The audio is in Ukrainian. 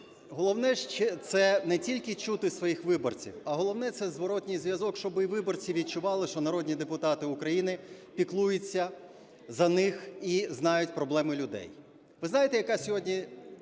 головне – це не тільки чути своїх виборців, а головне – це зворотній зв'язок, щоби і виборці відчували, що народні депутати України піклуються за них і знають проблеми людей. Ви знаєте, яка сьогодні